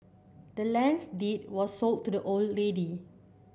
the land's deed was sold to the old lady